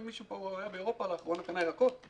מישהו פה היה באירופה לאחרונה וקנה ירקות.